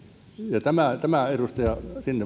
ja tämä